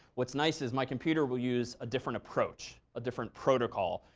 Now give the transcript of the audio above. what's nice is my computer will use a different approach, a different protocol,